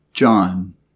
John